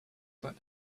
but